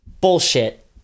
Bullshit